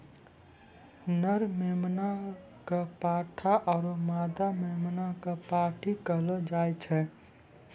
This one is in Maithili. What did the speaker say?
नर मेमना कॅ पाठा आरो मादा मेमना कॅ पांठी कहलो जाय छै